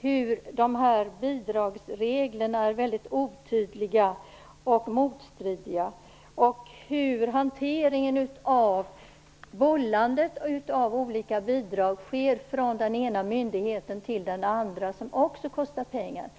hur bidragsreglerna är väldigt otydliga och motstridiga och om hur olika bidrag bollas mellan myndigheterna i hanteringen, vilket också kostar pengar.